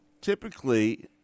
typically